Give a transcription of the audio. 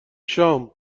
شام